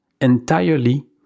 entirely